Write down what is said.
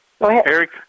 Eric